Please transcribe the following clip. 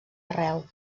arreu